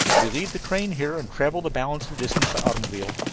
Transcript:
we leave the train here and travel the balance of the distance by automobile.